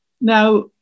Now